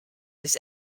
this